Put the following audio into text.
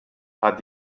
hat